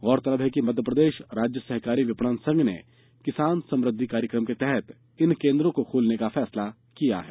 गौरतलब है कि मध्यप्रदेश राज्य सहकारी विपणन संघ ने किसान समृध्दि कार्यक्रम के तहत इन केंद्रों को खोलने का फैसला किया है